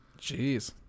Jeez